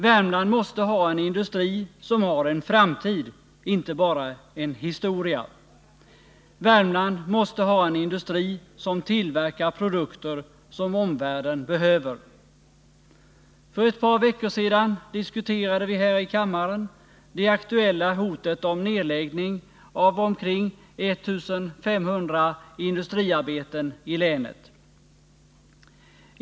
Värmland måste ha en industri som har en framtid — inte bara en historia! Värmland måste ha en industri som tillverkar produkter som omvärlden behöver! För ett par veckor sedan diskuterade vi här i kammaren det aktuella hotet om nedläggning av omkring 1 500 industriarbeten i länet.